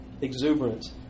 exuberance